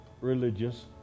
religious